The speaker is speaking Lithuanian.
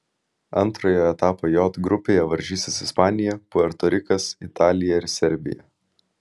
antrojo etapo j grupėje varžysis ispanija puerto rikas italija ir serbija